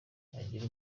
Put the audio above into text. yagira